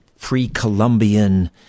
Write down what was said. pre-Columbian